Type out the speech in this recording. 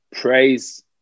praise